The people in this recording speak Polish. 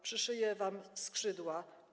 Przyszyję wam skrzydła/